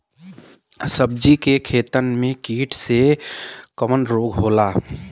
सब्जी के खेतन में कीट से कवन रोग होला?